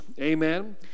Amen